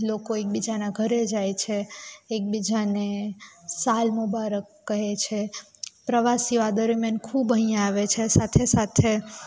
લોકો એક બીજાના ઘરે જાય છે એકબીજાને સાલ મુબારક કહે છે પ્રવાસીઓ આ દરમિયાન ખૂબ અહીંયા આવે છે સાથે સાથે